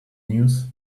news